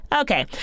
okay